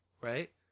right